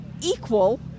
equal